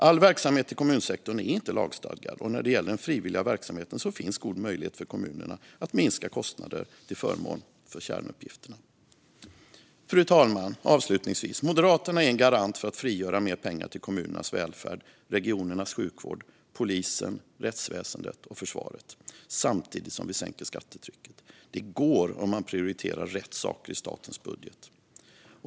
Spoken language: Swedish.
All verksamhet i kommunsektorn är inte lagstadgad, och när det gäller den frivilliga verksamheten finns god möjlighet för kommunerna att minska kostnader till förmån för kärnuppgifterna. Avslutningsvis, fru talman: Moderaterna är en garant för att frigöra mer pengar till kommunernas välfärd, regionernas sjukvård, polisen, rättsväsendet och försvaret samtidigt som vi sänker skattetrycket. Det går om man prioriterar rätt saker i statens budget.